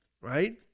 right